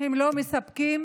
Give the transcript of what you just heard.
לא מספקים